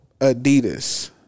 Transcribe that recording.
Adidas